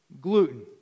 Gluten